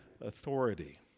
authority